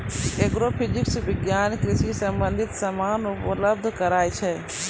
agrophysics विज्ञान कृषि संबंधित समान उपलब्ध कराय छै